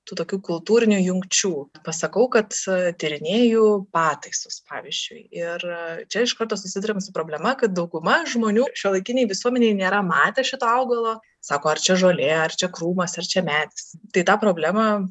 tų tokių kultūrinių jungčių pasakau kad tyrinėju pataisus pavyzdžiui ir čia iš karto susiduriam su problema kad dauguma žmonių šiuolaikinėj visuomenėj nėra matę šito augalo sako ar čia žolė ar čia krūmas ar čia medis tai tą problemą